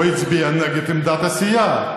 הוא הצביע נגד עמדת הסיעה.